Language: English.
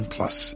Plus